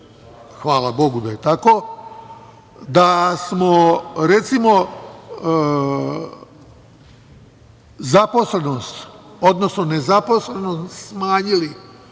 hvala Bogu da je tako, da smo zaposlenost, odnosno nezaposlenost smanjili